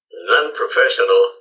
non-professional